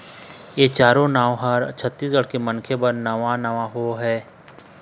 ए चारो नांव ह छत्तीसगढ़ के मनखे बर नवा नांव नो हय